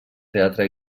teatre